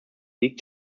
league